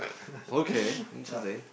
okay interesting